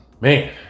man